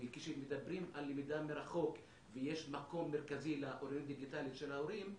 כשמדברים על למידה מרחוק ויש מקום מרכזי לאוריינות הדיגיטלית של ההורים,